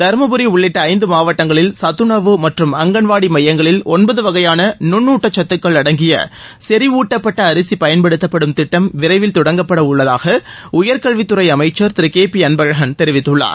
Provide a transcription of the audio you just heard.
தர்மபுரி உள்ளிட்ட ஐந்து மாவட்டங்களில் சத்துணவு மற்றும் அங்கன்வாடி மையங்களில் ஒன்பது வகையான நுண் ஊட்டச் சத்துக்கள் அடங்கிய செறிவூட்டப்பட்ட அரிசி பயன்படுத்தப்படும் திட்டம் விரைவில் தொடங்கப்பட உள்ளதாக உயர்கல்வித்துறை அமைச்சர் திரு கே பி அன்பழகன் தெரிவித்துள்ளார்